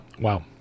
wow